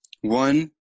One